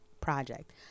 project